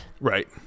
Right